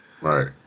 Right